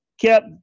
kept